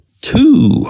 two